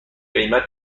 قیمت